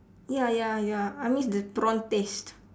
ya ya ya I miss the prawn taste